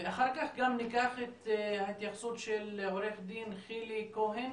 ואחר כך גם ניקח את ההתייחסות של עורך דין חלי כהן